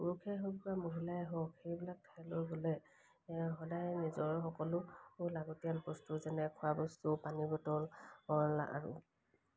পুৰুষেই হওক বা মহিলাই হওক সেইবিলাক ঠাইলৈ গ'লে সদায় নিজৰ সকলো লাগতিয়াল বস্তু যেনে খোৱা বস্তু পানী বটল আৰু